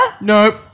Nope